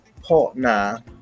partner